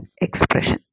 expression